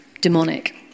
demonic